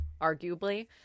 arguably